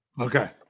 Okay